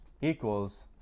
equals